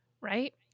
Right